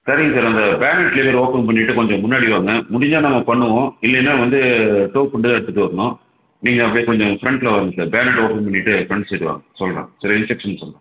சரிங்க சார் அந்த பேனண்ட் லிவரை ஓப்பன் பண்ணிட்டுக் கொஞ்சம் முன்னாடி வாங்க முடிஞ்சால் நாங்கள் பண்ணுவோம் இல்லைனா வந்து டோப் பண்ணிட்டு எடுத்துட்டு வரணும் நீங்கள் அப்படியே கொஞ்சம் ஃப்ரெண்ட்ல வரணும் சார் பேனண்ட்டை ஓப்பன் பண்ணிட்டு ஃப்ரெண்ட் சைடு வாங்க சொல்கிறேன் சில இன்ஸ்ட்ரக்ஸன் சொல்கிறேன்